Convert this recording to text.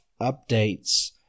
updates